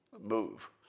move